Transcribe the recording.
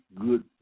good